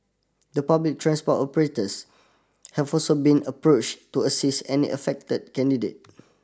the public transport operators have also been approach to assist any affected candidate